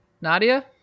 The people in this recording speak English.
Nadia